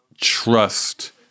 trust